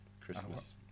Christmas